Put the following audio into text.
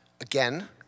again